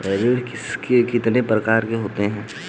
ऋण कितने प्रकार के होते हैं?